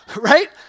right